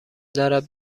دارد